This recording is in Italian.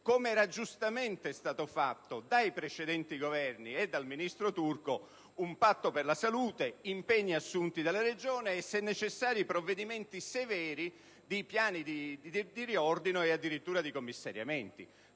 (come giustamente fatto dai precedenti Governi e dal ministro Turco) un patto per la salute, impegni assunti dalle Regioni e, se necessari, severi piani di riordino e addirittura commissariamenti.